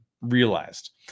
realized